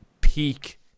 peak